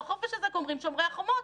לחופש הזה קוראים "שומרי החומות".